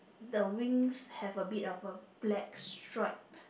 the wings have a bit of a black stripe